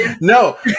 No